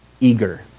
eager